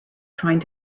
trying